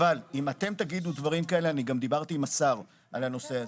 גם דיברתי עם השר על הנושא הזה,